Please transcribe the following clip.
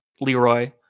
Leroy